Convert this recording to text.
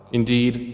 indeed